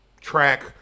track